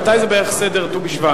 מתי זה בערך סדר ט"ו בשבט?